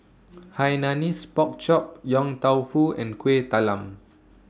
Hainanese Pork Chop Yong Tau Foo and Kueh Talam